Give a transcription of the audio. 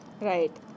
Right